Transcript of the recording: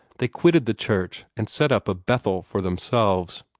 they quitted the church and set up a bethel for themselves.